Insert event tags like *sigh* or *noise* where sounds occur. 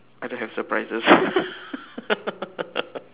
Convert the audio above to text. I don't have surprises *laughs*